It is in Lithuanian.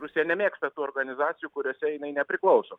rusija nemėgsta tų organizacijų kuriose jinai nepriklauso